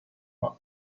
nun